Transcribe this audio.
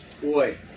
boy